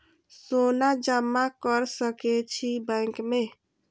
सोना जमा कर सके छी बैंक में?